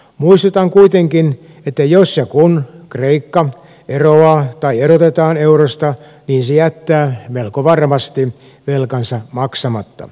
muistutan kuitenkin että jos ja kun kreikka eroaa tai erotetaan eurosta niin se jättää melko varmasti velkansa maksamatta